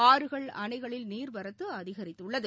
ஆறுகள் அணைகளில் நீர்வரத்து அதிகரித்துள்ளது